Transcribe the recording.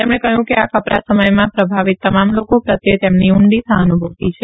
તેમણે કહ્યું કે આ કપરા સમયમાં પ્રભાવિત તમામ લોકો પ્રત્યે તેમને ઉંડી સહાનુભૂતિ છે